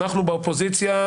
אנחנו באופוזיציה,